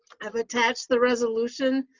i've attached the resolution.